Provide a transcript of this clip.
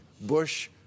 Bush